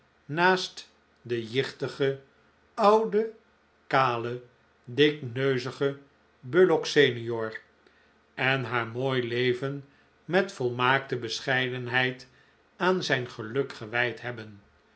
naast den jichtigen ouden kalen dikneuzigen bullock sr en haar mooi leven met volmaakte bescheidenheid aan zijn geluk gewijd hebben